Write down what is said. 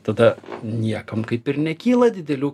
tada niekam kaip ir nekyla didelių